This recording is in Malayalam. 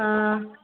ആ